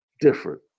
different